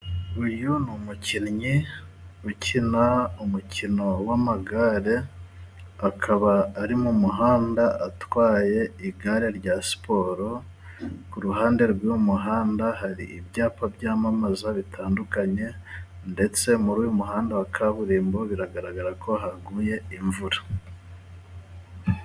Uyu ni umukinnyi ukina umukino w'amagare akaba ari mu muhanda atwaye igare rya siporo, ku ruhande rw'umuhanda hari ibyapa byamamaza bitandukanye ndetse muri uyu muhanda wa kaburimbo biragaragara ko haguye imvura.